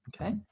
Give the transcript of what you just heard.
Okay